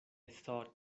thought